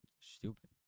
Stupid